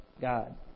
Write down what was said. God